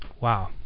Wow